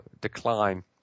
decline